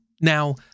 now